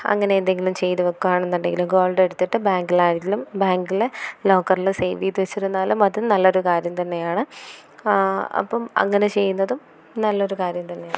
അങ്ങനെ എന്തെങ്കിലും ചെയ്തുവയ്ക്കുകയാണെന്നുണ്ടെങ്കില് ഗോൾഡെടുത്തിട്ട് ബാങ്കിലാണേലും ബാങ്കില് ലോക്കറില് സെവെയ്ത് വച്ചിരുന്നാലുമതും നല്ലൊരു കാര്യം തന്നെയാണ് അപ്പോള് അങ്ങനെ ചെയ്യുന്നതും നല്ലൊരു കാര്യം തന്നെയാണ്